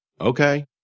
Okay